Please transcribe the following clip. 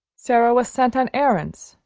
sara was sent on errands,